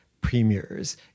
premiers